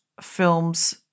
films